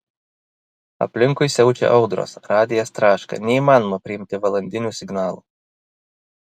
aplinkui siaučia audros radijas traška neįmanoma priimti valandinių signalų